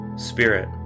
Spirit